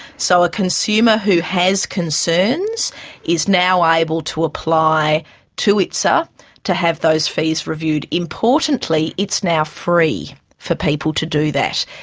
so a consumer who has concerns is now able to apply to itsa to have those fees reviewed. importantly it's now free for people to do that.